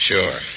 Sure